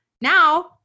now-